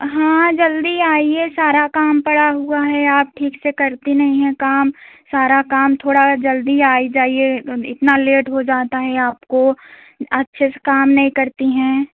हाँ जल्दी आइए सारा काम पड़ा हुआ है आप ठीक से करती नहीं हैं काम सारा काम थोड़ा जल्दी आ जाइए इतना लेट हो जाता हैं आपको अच्छे से काम नहीं करती हैं